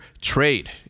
trade